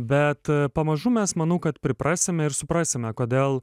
bet pamažu mes manau kad priprasime ir suprasime kodėl